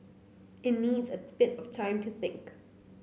it needs a bit of time to think